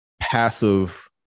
passive